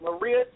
Maria